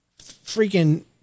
freaking